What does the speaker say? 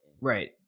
right